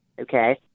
okay